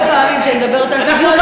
והרבה פעמים כשאני מדברת על שוויון,